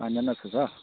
पाँचजान जस्तो छ